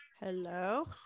Hello